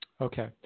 Okay